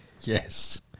Yes